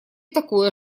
такое